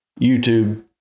youtube